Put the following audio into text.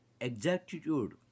exactitude